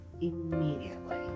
immediately